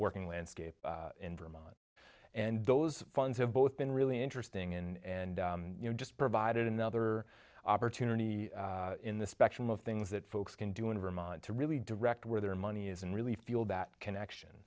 working landscape in vermont and those funds have both been really interesting and you know just provided another opportunity in the spectrum of things that folks can do in vermont to really direct where their money is and really feel that connection